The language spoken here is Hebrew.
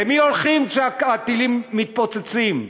למי הולכים כשהטילים מתפוצצים,